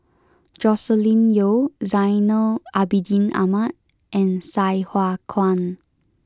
Joscelin Yeo Zainal Abidin Ahmad and Sai Hua Kuan